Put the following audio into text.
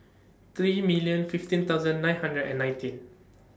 three million fifteen thousand nine hundred and nineteen